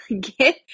Get